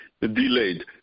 delayed